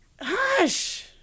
Hush